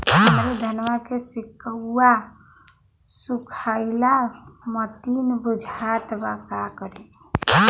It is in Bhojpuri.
हमरे धनवा के सीक्कउआ सुखइला मतीन बुझात बा का करीं?